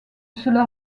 cela